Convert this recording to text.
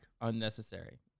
Unnecessary